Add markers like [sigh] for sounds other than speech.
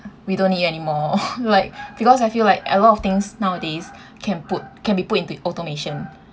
we don't need you anymore [laughs] like because I feel like a lot of things nowadays can put can be put into automation